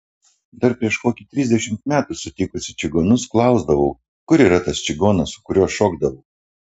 dar prieš kokį trisdešimt metų sutikusi čigonus klausdavau kur yra tas čigonas su kuriuo šokdavau